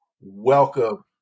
welcome